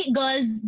girls